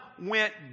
went